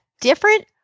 different